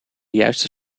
juiste